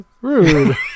Rude